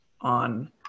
on